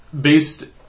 based